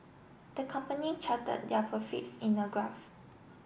the company charted their profits in a graph